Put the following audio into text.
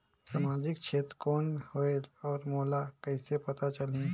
समाजिक क्षेत्र कौन होएल? और मोला कइसे पता चलही?